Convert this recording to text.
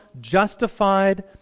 justified